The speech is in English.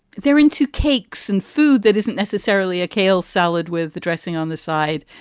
they're into cakes and food that isn't necessarily a kale salad with the dressing on the side.